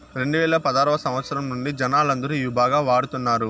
రెండువేల పదారవ సంవచ్చరం నుండి జనాలందరూ ఇవి బాగా వాడుతున్నారు